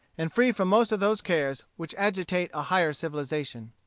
and free from most of those cares which agitate a higher civilization.